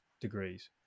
degrees